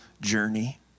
journey